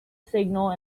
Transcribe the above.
signal